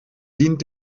dient